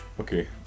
okay